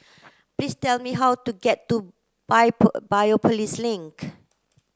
please tell me how to get to Biopolis Link